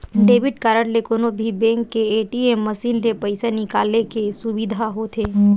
debit card ले कोनो भी बेंक के ए.टी.एम मसीन ले पइसा निकाले के सुबिधा होथे